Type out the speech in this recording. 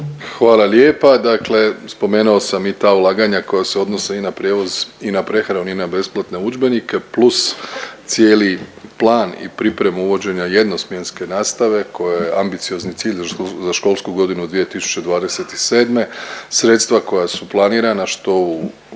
Hvala lijepa. Dakle, spomenuo sam i ta ulaganja koja se odnose i na prijevoz i na prehranu i na besplatne udžbenike, plus cijeli plan i pripremu uvođenja jednosmjenske nastave koji je ambiciozni cilj za školsku godinu 2027. sredstva koja su planirana što u